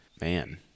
Man